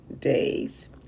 days